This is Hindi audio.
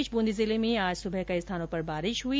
इस बीच ब्रंदी जिले में आज सुबह कई स्थानों पर बारिश हुई